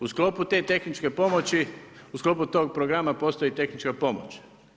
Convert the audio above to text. U sklopu te tehničke pomoći, u sklopu tog programa postoji tehnička pomoć.